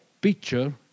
picture